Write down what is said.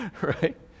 Right